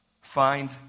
Find